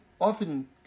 often